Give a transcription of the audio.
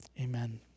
Amen